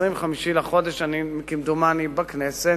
ב-25 בחודש אני כמדומני בכנסת,